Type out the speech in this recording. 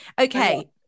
Okay